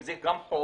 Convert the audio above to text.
אם זה גם חוב,